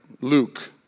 Luke